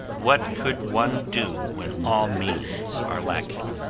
what could one do when all means are lacking?